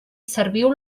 serviu